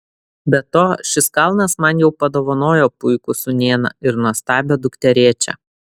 be to šis kalnas man jau padovanojo puikų sūnėną ir nuostabią dukterėčią